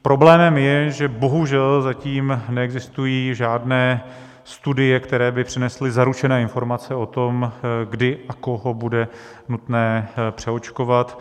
Problémem je, že bohužel zatím neexistují žádné studie, které by přinesly zaručené informace o tom, kdy a koho bude nutné přeočkovat.